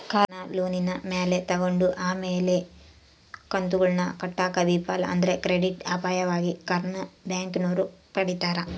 ಕಾರ್ನ ಲೋನಿನ ಮ್ಯಾಲೆ ತಗಂಡು ಆಮೇಲೆ ಕಂತುಗುಳ್ನ ಕಟ್ಟಾಕ ವಿಫಲ ಆದ್ರ ಕ್ರೆಡಿಟ್ ಅಪಾಯವಾಗಿ ಕಾರ್ನ ಬ್ಯಾಂಕಿನೋರು ಪಡೀತಾರ